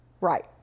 right